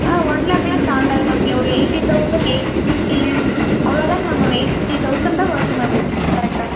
ஆ one லேக்லாம் தாண்டாது ma'am ஒரு எயிட்டி தௌசண்ட் எயிட்டி அவ்வளோதாங்க மேம் வரும் எயிட்டி தௌசண்ட் தான் வருங்க மேம் கரெக்டா